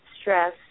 stress